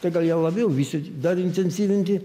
tai gal ją labiau vystyt dar intensyvinti